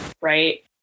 Right